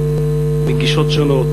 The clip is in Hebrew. מגישות שונות,